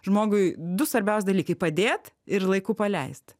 žmogui du svarbiaus dalykai padėt ir laiku paleist